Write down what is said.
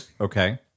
Okay